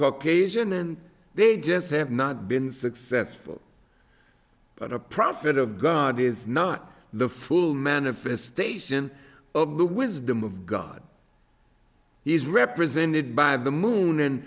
caucasian and they just have not been successful but a prophet of god is not the full manifestation of the wisdom of god he is represented by the moon and